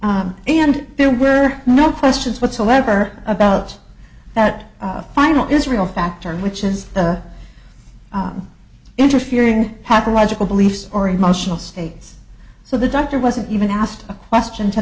out and there were no questions whatsoever about that final israel factor which is the interfering happen logical beliefs or emotional states so the doctor wasn't even asked a question to